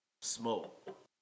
smoke